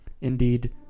Indeed